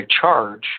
charge